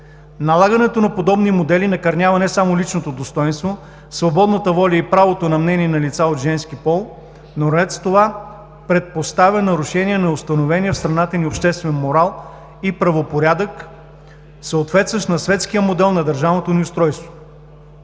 Налагането на подобни модели накърнява не само личното достойнство, свободната воля и правото на мнение на лица от женски пол, но наред с това предпоставя нарушение на установения в страната ни обществен морал и правопорядък, съответстващ на светския модел на държавното ни устройство.